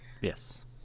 yes